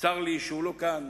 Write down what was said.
צר לי שהוא לא כאן